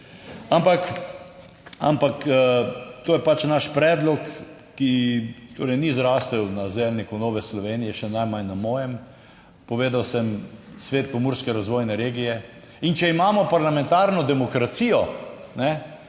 ampak to je pač naš predlog, ki torej ni zrastel na zelniku Nove Slovenije, še najmanj na mojem, povedal sem, Svet Pomurske razvojne regije. In če imamo parlamentarno demokracijo,